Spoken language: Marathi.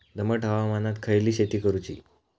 दमट हवामानात खयली शेती करूची?